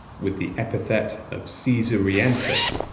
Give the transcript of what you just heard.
with the epithet of caesariensis.